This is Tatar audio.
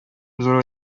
зур